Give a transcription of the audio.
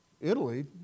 Italy